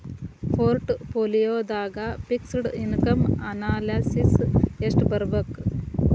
ಪೊರ್ಟ್ ಪೋಲಿಯೊದಾಗ fixed income analysis ಯೆಸ್ಟಿರ್ಬಕ್?